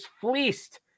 fleeced